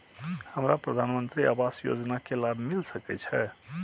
हमरा प्रधानमंत्री आवास योजना के लाभ मिल सके छे?